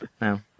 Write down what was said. No